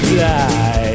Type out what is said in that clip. die